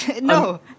No